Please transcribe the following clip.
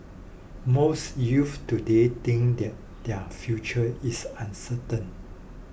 most youths today think that their future is uncertain